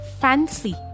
fancy